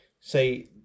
say